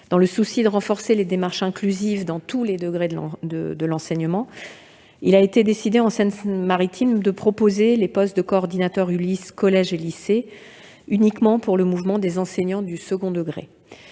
Dans le souci de renforcer les démarches inclusives dans tous les degrés d'enseignement, il a été décidé, en Seine-Maritime, de proposer les postes de coordonnateur ULIS au collège et en lycée uniquement pour le mouvement des enseignants du second degré.